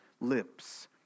lips